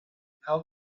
how